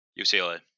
UCLA